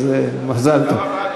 אז מזל טוב.